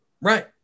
right